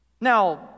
Now